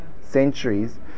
centuries